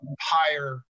higher